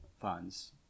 funds